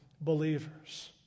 believers